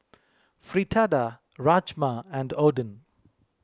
Fritada Rajma and Oden